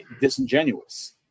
disingenuous